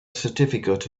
certificate